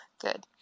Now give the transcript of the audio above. Good